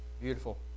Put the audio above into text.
Beautiful